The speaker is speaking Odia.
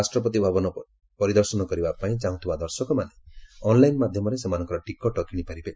ରାଷ୍ଟ୍ରପତି ଭବନ ପରିଦର୍ଶନ କରିବା ପାଇଁ ଚାହୁଁଥିବା ଦର୍ଶକମାନେ ଅନଲାଇନ ମାଧ୍ୟମରେ ସେମାନଙ୍କର ଟିକଟ କିଣି ପାରିବେ